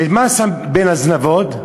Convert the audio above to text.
ומה שם בין הזנבות?